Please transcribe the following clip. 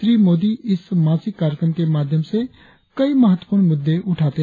श्री मोदी इस मासिक कार्यक्रम के माध्यम से कई महत्वपूर्ण मुद्दे उठाते रहे हैं